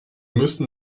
müssen